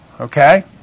okay